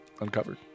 uncovered